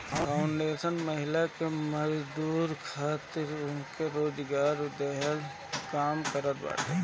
foundation महिला के मजबूत करे खातिर उनके रोजगार भी देहला कअ काम करत बाटे